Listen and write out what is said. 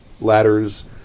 ladders